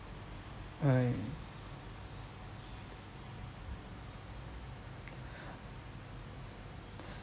right